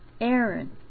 Aaron